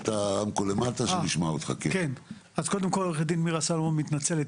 קודם כל עו"ד מירה סלומון מתנצלת,